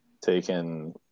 taken